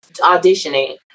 auditioning